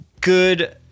good